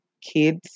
kids